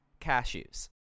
cashews